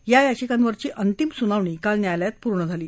या याचिकांवरची अंतिम सुनावणी काल न्यायालयात पूर्ण झाली